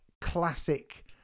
classic